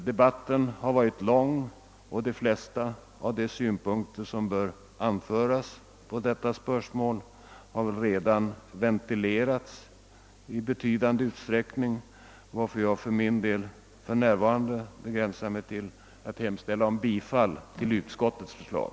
Debatten har varit lång och de flesta av de synpunkter som bör anföras på detta spörsmål har väl redan ventilerats i betydande utsträckning, varför jag för min del för närvarande begränsar mig till att hemställa om bifall till utskottets förslag.